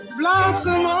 blossom